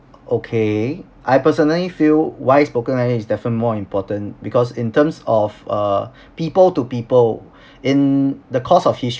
okay I personally feel why spoken language is different more important because in terms of uh people to people in the course of history